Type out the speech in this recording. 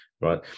right